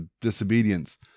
disobedience